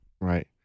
Right